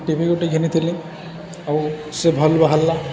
TV ଗୋଟେ ଘିନିଥିଲି ଆଉ ସେ ଭଲ୍ ବାହାରିଲା